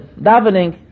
davening